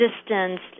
distanced